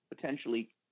potentially